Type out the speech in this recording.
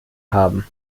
haben